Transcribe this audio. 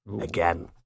Again